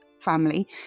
Family